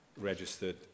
registered